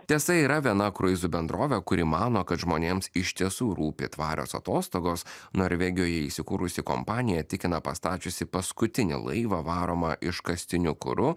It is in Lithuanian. tiesa yra viena kruizų bendrovė kuri mano kad žmonėms iš tiesų rūpi tvarios atostogos norvegijoje įsikūrusi kompanija tikina pastačiusi paskutinį laivą varomą iškastiniu kuru